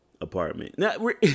apartment